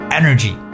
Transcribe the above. energy